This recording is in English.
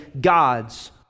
God's